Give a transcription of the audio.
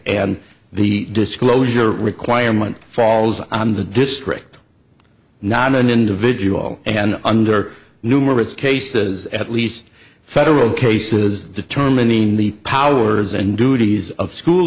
and the disclosure requirement falls on the district not an individual and under numerous cases at least federal cases determining the powers and duties of school